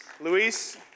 Luis